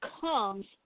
comes